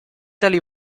tali